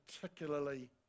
particularly